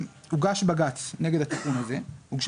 הוגשה עתירה לבג"ץ נגד התיקון הזה.